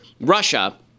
Russia